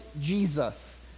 Jesus